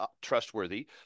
trustworthy